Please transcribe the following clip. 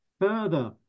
further